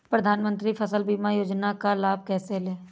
प्रधानमंत्री फसल बीमा योजना का लाभ कैसे लें?